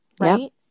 Right